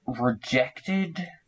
rejected